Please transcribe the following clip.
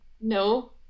no